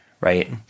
right